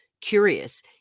curious